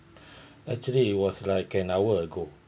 actually it was like an hour ago